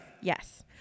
Yes